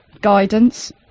guidance